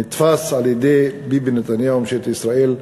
נתפסים על-ידי ביבי נתניהו וממשלת ישראל,